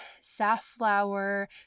safflower